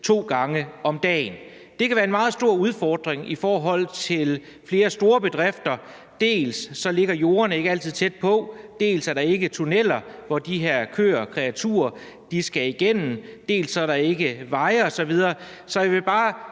to gange om dagen. Det kan være en meget stor udfordring for flere store bedrifter, dels ligger jorderne ikke altid tæt på, dels er der ikke tunneller, hvor de her kreaturer skal igennem, og der er heller ikke veje osv. Så jeg vil bare